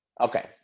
Okay